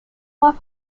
más